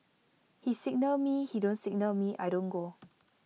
he signal me he don't signal me I don't go